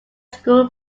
school